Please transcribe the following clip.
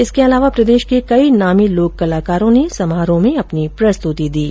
इसके अलावा प्रदेश के कई नामी लोककलाकारों ने समारोह में अपनी प्रस्तुति दी